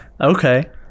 Okay